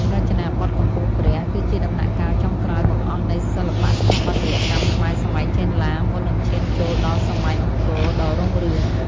រចនាបថកំពង់ព្រះ គឺជាដំណាក់កាលចុងក្រោយបង្អស់នៃសិល្បៈស្ថាបត្យកម្មខ្មែរសម័យចេនឡា មុននឹងឈានចូលដល់សម័យអង្គរដ៏រុងរឿង។